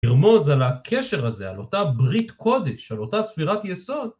תרמוז על הקשר הזה, על אותה ברית קודש, על אותה ספירת יסוד.